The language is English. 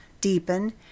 deepen